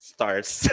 Stars